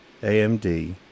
AMD